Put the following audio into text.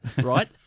right